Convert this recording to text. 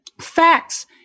facts